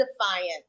defiant